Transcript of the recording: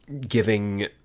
giving